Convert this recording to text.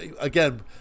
again